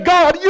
God